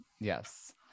Yes